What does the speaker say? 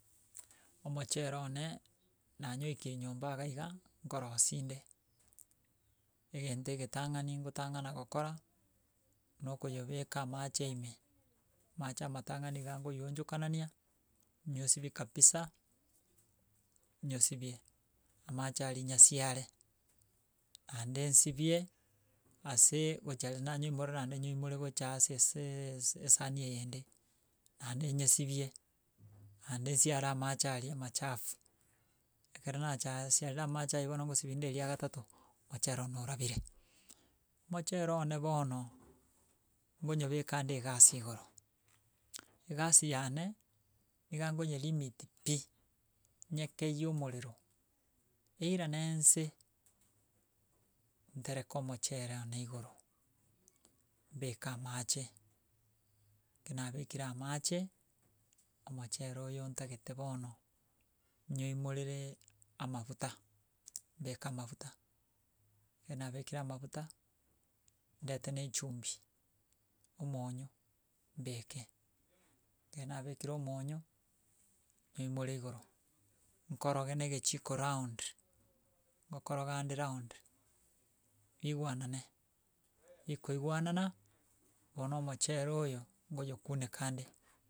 Omochere one, nanyoikire nyomba iga iga nkorosinde. Egento egetang'ani gotang'ana gokora na okoyobeka amache ime. Amache amatang'ani iga nkoyoochokanania nyosibi kabisa, nyosibie, amache aria nyasiare, ande nsibie ase gocha aria nanyiumorera naende nyoimore gocha ase seeee esaani eyende, naende nyesibie, naende nsiare amache aria amachafu. Ekero nachaaa siarire amache aywo bono ngosibinde eria gatato, mochere one orabire, omochere one bono ngonyobekande egasi igoro, egasi yane niga gonyelimit pi, nyekei omorero, eirane nse ntereke omochere one igoro, mbeke amache, ekero nabekire amache omochere oyo ntagete bono nyoimorere amabuta, mbeke amabuta, ekere nabekire amabuta, ndete na echumbi, omonyo mbeke ekere nabekire omonyo, nyoumore igoro, nkoroge na egechiko round nkokorogande round, igwanane ikoigwanana, bono omochere oyo nkonyokunekande.